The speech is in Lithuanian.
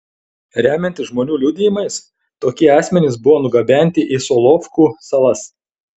remiantis žmonių liudijimais tokie asmenys buvo nugabenami į solovkų salas